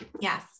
Yes